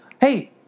Hey